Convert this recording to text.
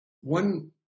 One